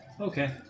Okay